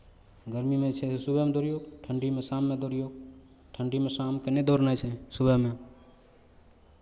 गरमीमे छै से सुबहमे दौड़िऔ ठण्ढीमे शाममे दौड़िऔ ठण्ढीमे शामकेँ नहि दौड़नाइ छै सुबहमे